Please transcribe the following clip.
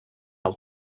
allt